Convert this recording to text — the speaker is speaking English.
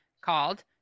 called